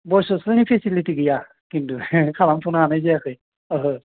बइस ह'स्टेलनि फेसिलिटि गैया खिन्थु खालामथ'नो हानाय जायाखै ओहो